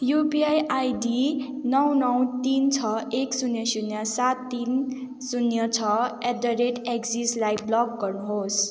UPI ID नौ नौ तिन छः एक शून्य शून्य सात तिन शून्य छः एटदरेट एक्सिसलाई ब्लक गर्नुहोस्